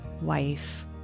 wife